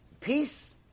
peace